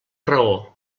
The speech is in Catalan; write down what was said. raó